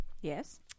Yes